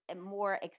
more